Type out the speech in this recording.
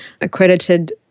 accredited